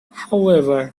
however